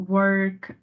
work